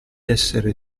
essere